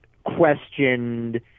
Questioned